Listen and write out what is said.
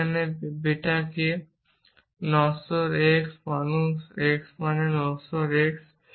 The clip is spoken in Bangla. এখানে বেটা কি নশ্বর x মানুষ x মানে নশ্বর x